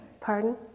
Pardon